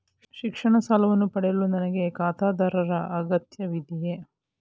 ಶಿಕ್ಷಣ ಸಾಲವನ್ನು ಪಡೆಯಲು ನನಗೆ ಖಾತರಿದಾರರ ಅಗತ್ಯವಿದೆಯೇ?